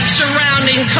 surrounding